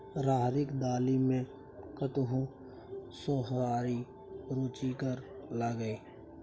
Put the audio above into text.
राहरिक दालि मे कतहु सोहारी रुचिगर लागय?